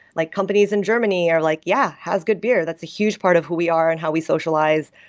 like companies in germany are like, yeah, has good beer. that's a huge part of who we are and how we socialize.